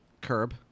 Curb